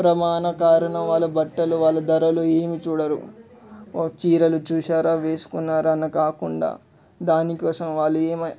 ప్రధాన కారణం వాళ్ళ బట్టలు వాళ్ళ ధరలు ఏమి చూడరు చీరలు చూశారా వేసుకున్నారా అన్న కాకుండా దానికోసం వాళ్ళు ఏమై